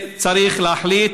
צריך להחליט